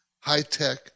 high-tech